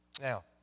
Now